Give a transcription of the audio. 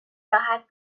راحت